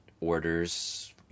orders